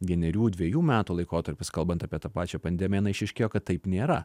vienerių dvejų metų laikotarpis kalbant apie tą pačią pandemiją na išryškėjo kad taip nėra